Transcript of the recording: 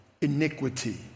iniquity